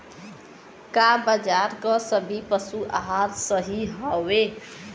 का बाजार क सभी पशु आहार सही हवें?